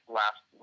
last